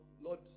Lord